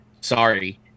Sorry